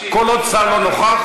כל עוד שר לא נוכח,